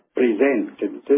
presented